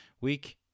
week